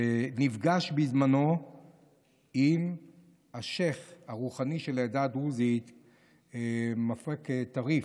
שנפגש בזמנו עם השייח' הרוחני של העדה הדרוזית מוואפק טריף,